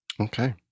Okay